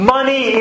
Money